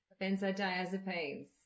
Benzodiazepines